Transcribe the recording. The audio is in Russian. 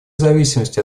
зависимости